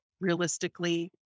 realistically